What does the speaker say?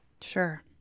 Sure